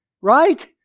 right